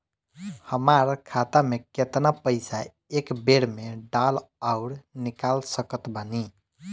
हमार खाता मे केतना पईसा एक बेर मे डाल आऊर निकाल सकत बानी?